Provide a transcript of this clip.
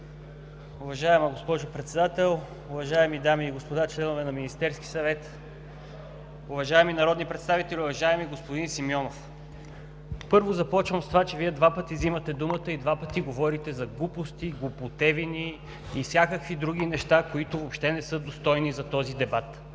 Уважаема госпожо Председател, уважаеми дами и господа – членове на Министерския съвет, уважаеми народни представители! Уважаеми господин Симеонов, първо, започвам с това, че Вие два пъти вземате думата и два пъти говорите за глупости, глупотевини и всякакви други неща, които въобще не са достойни за този дебат.